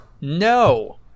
No